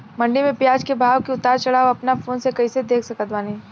मंडी मे प्याज के भाव के उतार चढ़ाव अपना फोन से कइसे देख सकत बानी?